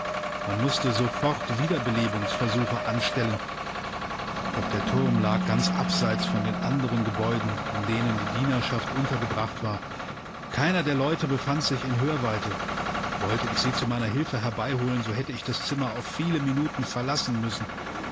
man mußte sofort wiederbelebungsversuche anstellen doch der turm lag ganz abseits von den andern gebäuden in denen die dienerschaft untergebracht war keiner der leute befand sich in hörweite wollte ich sie zu meiner hilfe herbeiholen so hätte ich das zimmer auf viele minuten verlassen müssen